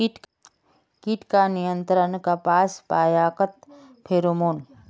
कीट का नियंत्रण कपास पयाकत फेरोमोन?